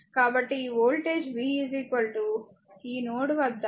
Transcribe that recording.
కాబట్టి ఈ voltage v ఈ నోడ్ 2 వద్ద ఉంటుంది